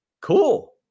Cool